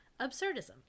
absurdism